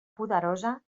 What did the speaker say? poderosa